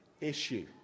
issue